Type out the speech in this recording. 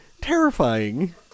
Terrifying